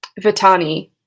vitani